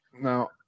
now